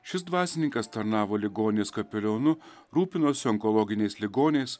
šis dvasininkas tarnavo ligoninės kapelionu rūpinosi onkologiniais ligoniais